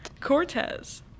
Cortez